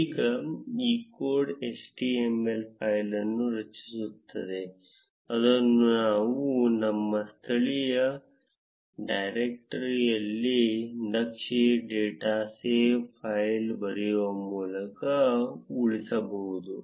ಈಗ ಈ code html file ಅನ್ನು ರಚಿಸುತ್ತದೆ ಅದನ್ನು ನಾವು ನಮ್ಮ ಸ್ಥಳೀಯ ಡೈರೆಕ್ಟರಿಯಲ್ಲಿ ನಕ್ಷೆ ಡಾಟ್ ಸೇವ್ ಫೈಲ್ ಬರೆಯುವ ಮೂಲಕ ಉಳಿಸಬಹುದು